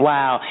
Wow